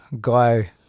guy